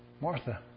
Martha